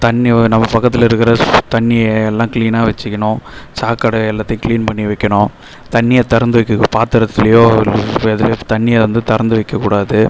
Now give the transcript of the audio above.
தண்ணி நம்ப பக்கத்தில் இருக்கிற தண்ணியை எல்லாம் கிளீனாக வச்சுக்கணும் சாக்கடை எல்லாத்தையும் கிளீன் பண்ணி வைக்கணும் தண்ணியை திறந்து வைக்க பார்த்தரத்துலையோ வேறு எதுலயாச்சும் தண்ணியை வந்து திறந்து வைக்கக்கூடாது